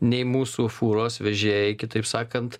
nei mūsų fūros vežėjai kitaip sakant